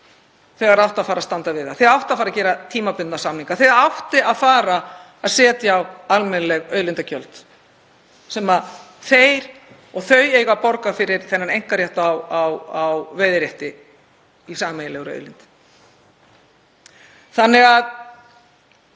þegar átti að fara að standa við það, þegar átti að fara að gera tímabundna samninga, þegar átti að fara að setja á almennileg auðlindagjöld sem þeir og þau eiga að borga fyrir þennan einkarétt á veiðirétti í sameiginlegri auðlind. Kerfið